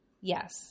Yes